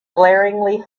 glaringly